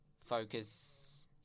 focus